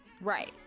right